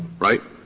right?